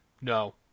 no